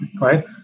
right